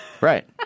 Right